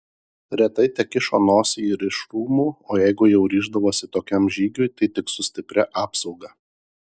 retai tekišo nosį ir iš rūmų o jeigu jau ryždavosi tokiam žygiui tai tik su stipria apsauga